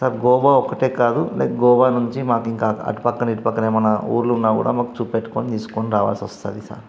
sir Goa ఒక్కటే కాదు like Goa నుంచి మాకు ఇంకా అటుపక్కన ఇటుపక్కన ఏమన్నా ఊర్లున్నా కూడా మాకు చూపెట్టుకొని తీసుకొని రావాల్సి వస్తుంది సార్